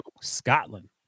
Scotland